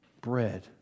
Bread